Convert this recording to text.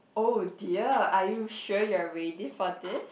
oh dear are you sure you are ready for this